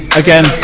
again